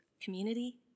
community